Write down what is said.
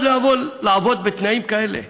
אף אחד לא יבוא לעבוד בתנאים כאלה,